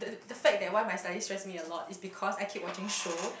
the fact that why my study stress me a lot is because I keep watching show